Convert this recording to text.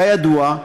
כידוע,